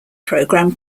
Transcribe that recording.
program